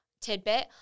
tidbit